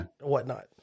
whatnot